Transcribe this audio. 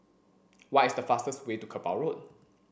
why is the fastest way to Kerbau Road